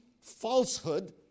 falsehood